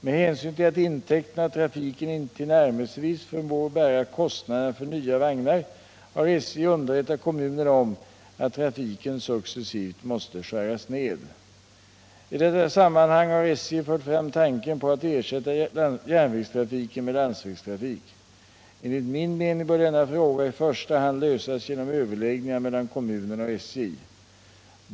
Med hänsyn till att intäkterna av trafiken inte tillnärmelsevis förmår bära kostnaderna för nya vagnar har SJ underrättat kommunerna om att trafiken successivt måste skäras ned. I detta sammanhang har SJ fört fram tanken på att ersätta järnvägstrafiken med landsvägstrafik. Enligt min mening bör denna fråga i första hand lösas genom överläggningar mellan kommunerna och SJ.